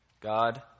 God